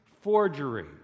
forgery